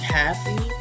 happy